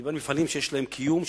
אני מדבר על מפעלים שיש להם קיום,